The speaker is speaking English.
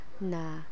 na